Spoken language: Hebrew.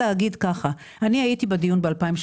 אני הייתי בדיון ב-2017.